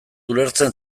ulertzen